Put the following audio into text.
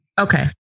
Okay